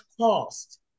cost